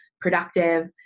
productive